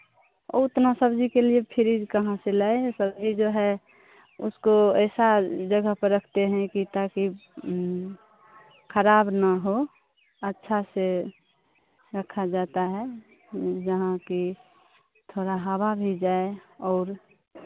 उतना सब्जी के लिए फ्रिज कहाँ से लाएँ सब्जी जो है उसको ऐसा जगह पर रखते हैं जो कि ताकि खराब ना हो अच्छा से रखा जाता है जहाँ कि थोड़ा हवा भी जाए और